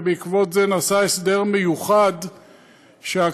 ובעקבות זה נעשה הסדר מיוחד שהקיבוצים,